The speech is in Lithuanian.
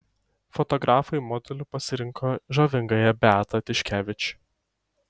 fotografai modeliu pasirinko žavingąją beatą tiškevič